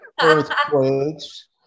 earthquakes